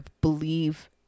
believe